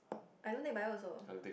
I don't take bio also